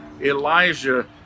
Elijah